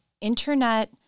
Internet